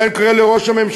לכן אני קורא לראש הממשלה